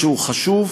שהוא חשוב,